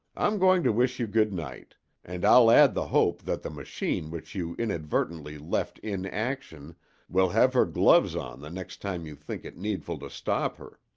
i'm going to wish you good night and i'll add the hope that the machine which you inadvertently left in action will have her gloves on the next time you think it needful to stop her.